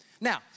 Now